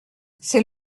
c’est